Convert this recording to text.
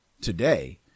Today